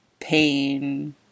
pain